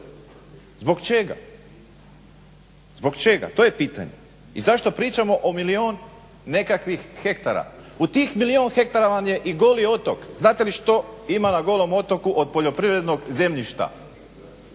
svega 30%. Zbog čega? To je pitanje. I zašto pričamo o milijon nekakvih hektara. U tih milijun hektara vam je i Goli otok. Znate li što ima na Golom otoku od poljoprivrednog zemljišta?